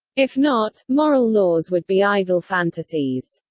if not, moral laws would be idle fantasies.